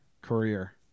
career